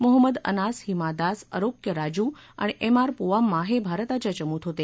मोहम्मद अनास हिमा दास अरोक्य राजूव आणि M R Poovamma हे भारताच्या चमुत होते